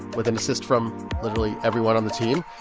with an assist from literally everyone on the team.